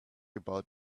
about